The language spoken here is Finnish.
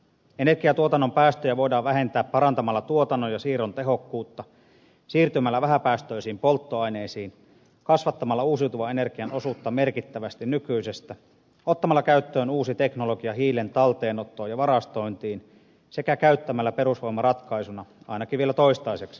energiantuotannon päästöjä voidaan vähentää parantamalla tuotannon ja siirron tehokkuutta siirtymällä vähäpäästöisiin polttoaineisiin kasvattamalla uusiutuvan energian osuutta merkittävästi nykyisestä ottamalla käyttöön uusi teknologia hiilen talteenottoon ja varastointiin sekä käyttämällä perusvoimaratkaisuna ainakin vielä toistaiseksi ydinvoimaa